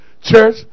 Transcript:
Church